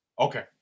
Okay